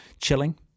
chilling